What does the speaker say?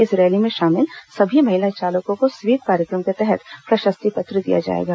इस रैली में शामिल सभी महिला चालकों को स्वीप कार्यक्रम के तहत प्रशस्ति पत्र दिया जाएगा